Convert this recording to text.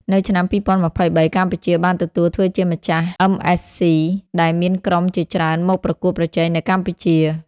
នៅឆ្នាំ២០២៣ កម្ពុជាបានទទួលធ្វើជាម្ចាស់អឹមអេសស៊ី ដែលមានក្រុមជាច្រើនមកប្រកួតប្រជែងនៅកម្ពុជា។